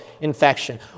infection